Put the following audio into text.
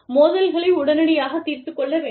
மோதல்களை உடனடியாகத் தீர்த்துக் கொள்ள வேண்டும்